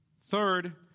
Third